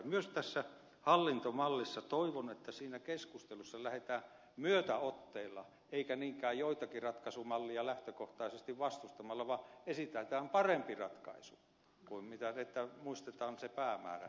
myös tässä hallintomallissa toivon että siinä keskustelussa lähdetään myötäotteella eikä niinkään joitakin ratkaisumalleja lähtökohtaisesti vastustamalla että esitetään että tämä on parempi ratkaisu että muistetaan se päämäärä mikä tässä on